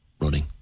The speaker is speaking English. running